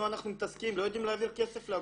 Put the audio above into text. אנחנו לא יודעים להעביר כסף לאגודות.